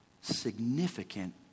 significant